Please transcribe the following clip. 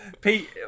Pete